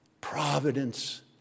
Providence